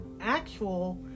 actual